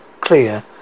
clear